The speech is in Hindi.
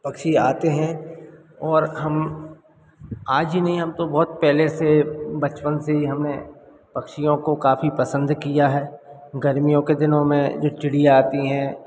पक्षी आते हैं और हम आज ही नहीं हम तो बहुत पहले से बचपन से हीं हमने पक्षियों को काफ़ी पसंद किया है गर्मियों के दिनों में जो चिड़िया आती है